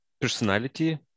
personality